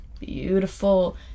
Beautiful